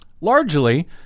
largely